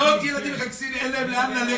מאות ילדים --- אין להם לאן ללכת.